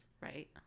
Right